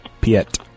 Piet